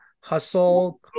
hustle